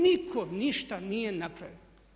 Niko ništa nije napravio.